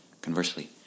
Conversely